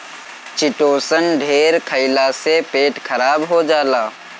chitosan ढेर खईला से पेट खराब हो जाला